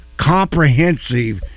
comprehensive